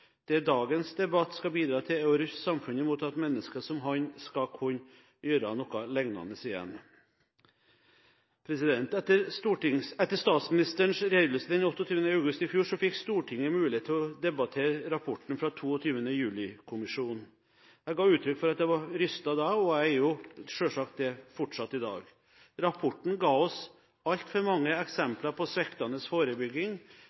er dømt av rettssystemet. Det dagens debatt skal bidra til, er å ruste samfunnet mot at mennesker som han skal kunne gjøre noe lignende igjen. Etter statsministerens redegjørelse den 28. august i fjor fikk Stortinget mulighet til å debattere rapporten fra 22. juli-kommisjonen. Jeg ga da uttrykk for at jeg var rystet, og det er jeg selvsagt fortsatt i dag. Rapporten ga oss altfor mange eksempler på sviktende forebygging,